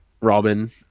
robin